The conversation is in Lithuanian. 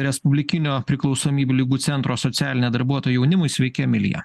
respublikinio priklausomybių ligų centro socialinė darbuotoja jaunimui sveiki emilija